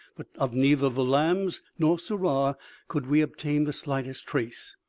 but of neither the lambs nor sirrah could we obtain the slightest trace.